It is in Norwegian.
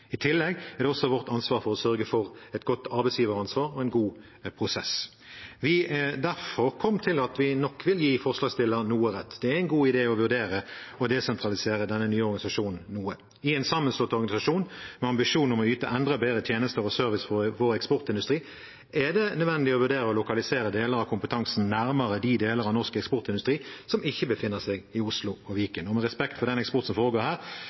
I tillegg er det også vårt ansvar å sørge for et godt arbeidsgiveransvar og en god prosess. Vi er derfor kommet til at vi nok vil gi forslagsstillerne noe rett. Det er en god idé å vurdere å desentralisere denne nye organisasjonen noe. I en sammenslått organisasjon med ambisjon om å yte enda bedre tjenester og service for vår eksportindustri er det nødvendig å vurdere å lokalisere deler av kompetansen nærmere de deler av norsk eksportindustri som ikke befinner seg i Oslo og Viken. Og med respekt for den eksporten som foregår her: